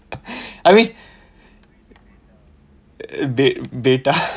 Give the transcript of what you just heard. I mean be~ beta